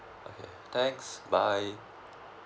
thanks bye